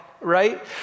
right